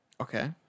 Okay